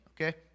okay